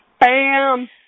Bam